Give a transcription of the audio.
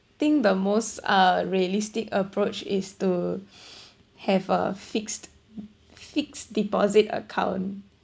think the most uh realistic approach is to have a fixed fixed deposit account